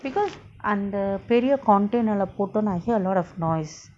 because அந்த பெரிய:andtha periya container lah போட்டோனே:potone I hear a lot of noise